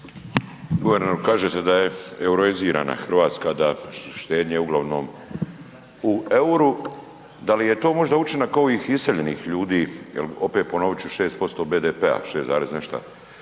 Guverneru kažete da je euroizirana Hrvatska, da su štednje uglavnom u euru, da li je to možda učinak ovih iseljenih ljudi? Jel opet ponovit ću 6% BDP-a, 6, nešta